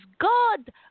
God